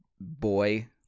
boy